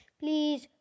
please